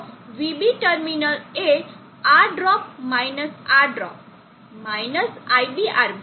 તો vB terminal એ આ ડ્રોપ માઈનસ આ ડ્રોપ - iBRB